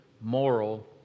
moral